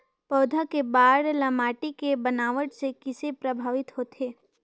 पौधा के बाढ़ ल माटी के बनावट से किसे प्रभावित होथे?